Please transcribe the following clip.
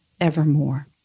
evermore